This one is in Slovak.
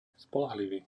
spoľahlivý